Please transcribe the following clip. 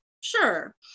sure